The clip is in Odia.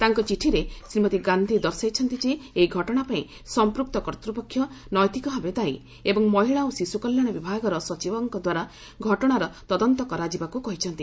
ତାଙ୍କ ଚିଠିରେ ଶ୍ରୀମତୀ ଗାନ୍ଧୀ ଦର୍ଶାଇଛନ୍ତି ଯେ ଏହି ଘଟଣା ପାଇଁ ସମ୍ପୃକ୍ତ କର୍ତ୍ତପକ୍ଷ ନୈତିକଭାବେ ଦାୟୀ ଏବଂ ମହିଳା ଓ ଶିଶୁକଲ୍ୟାଣ ବିଭାଗର ସଚିବଙ୍କ ଦ୍ୱାରା ଘଟଣାର ତଦନ୍ତ କରାଯିବାକୁ କହିଛନ୍ତି